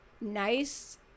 nice